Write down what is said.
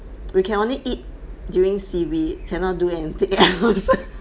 we can only eat during C_B cannot do anything else